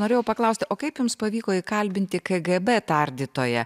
norėjau paklausti o kaip jums pavyko įkalbinti kgb tardytoją